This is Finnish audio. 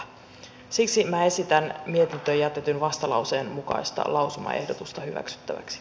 siksi minä esitän mietintöön jätetyn vastalauseen mukaista lausumaehdotusta hyväksyttäväksi